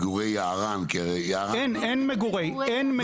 מגורי יערן כיערן --- אין מגורי יערן.